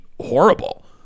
horrible